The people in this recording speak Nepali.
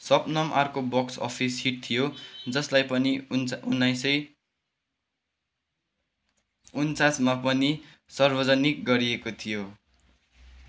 शबनम अर्को बक्स अफिस हिट थियो जसलाई पनि उन्नाइस सय उन्चासमा पनि सार्वजनिक गरिएको थियो